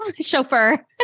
Chauffeur